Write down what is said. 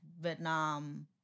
Vietnam